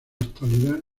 actualidad